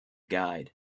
guide